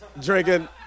drinking